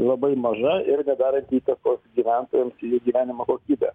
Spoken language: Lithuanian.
labai maža ir nedaranti įtakos gyventojams jų gyvenimo kokybę